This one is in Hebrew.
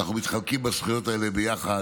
ואנחנו מתחלקים בזכויות האלה ביחד,